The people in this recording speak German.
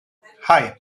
hei